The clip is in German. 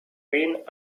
wen